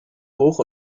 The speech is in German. hoch